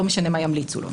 לא משנה מה ימליצו לו,